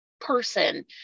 person